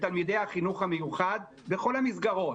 לתלמידי החינוך המיוחד בכל המסגרות,